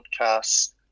podcasts